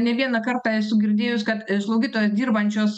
ne vieną kartą esu girdėjus kad slaugytojos dirbančios